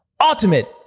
Ultimate